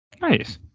Nice